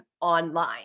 online